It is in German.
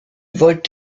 walt